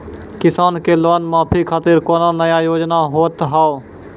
किसान के लोन माफी खातिर कोनो नया योजना होत हाव?